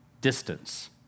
distance